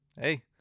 Hey